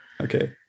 Okay